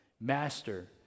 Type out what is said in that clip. Master